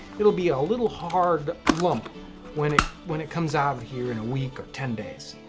it'll be a little hard lump when it when it comes out of here in a week or ten days.